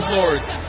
lords